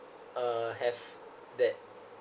uh have that